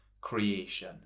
creation